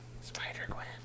Spider-Gwen